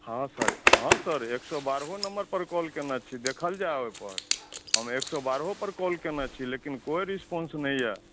हँ सर एक सए बारहो नम्बरपर कॉल केने छी देखल जाउ ओहिपर हम एक सए बारहो नम्बरपर कॉल केने छी लेकिन कोइ रिस्पॉन्स नहि यए